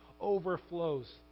overflows